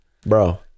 bro